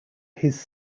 his